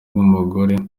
bw’umugore